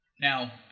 Now